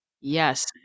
Yes